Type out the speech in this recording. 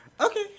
okay